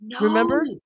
remember